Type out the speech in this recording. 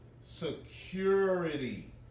security